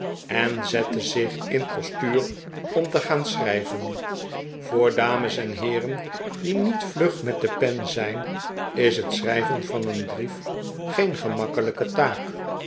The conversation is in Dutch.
en zette zich in postuur om te gaan schrijven voor dames en heeren die niet vlug met de pen zijn is het schrijven van een brief geen gemakkelijke taak